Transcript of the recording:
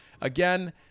Again